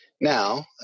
Now